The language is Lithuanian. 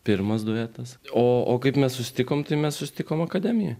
pirmas duetas o o kaip mes susitikom tai mes susitikom akademijoj